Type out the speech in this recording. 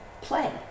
play